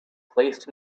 placed